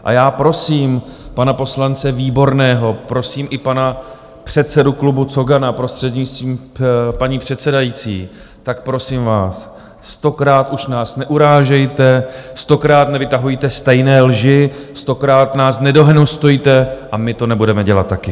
A já prosím pana poslance Výborného, prosím i pana předsedu klubu Cogana, prostřednictvím paní předsedající, prosím vás, stokrát už nás neurážejte, stokrát nevytahujte stejné lži, stokrát nás nedehonestujte a my to nebudeme dělat taky.